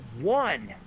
one